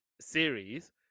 series